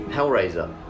Hellraiser